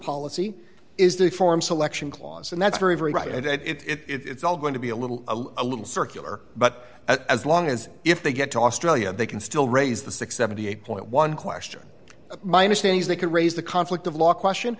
policy is the form selection clause and that's very very right and it's all going to be a little a little circular but as long as if they get to australia they can still raise the six hundred and seventy eight point one question my understanding is they could raise the conflict of law question